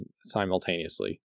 simultaneously